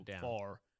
far